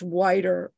wider